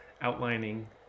outlining